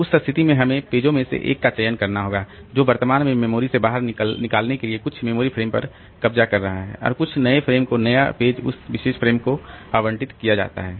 तो उस स्थिति में हमें पेजो में से एक का चयन करना होगा जो वर्तमान में मेमोरी से बाहर निकालने के लिए कुछ मेमोरी फ्रेम पर कब्जा कर रहा है और कुछ नए फ़्रेम को एक नया पेज उस विशेष फ़्रेम को आवंटित किया जाता है